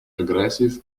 aggressive